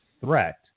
threat